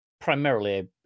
primarily